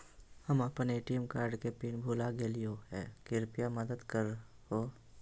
हम अप्पन ATM card के पिन भुला गेलिओ हे कृपया मदद कर हो